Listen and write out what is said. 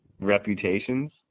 reputations